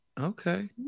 Okay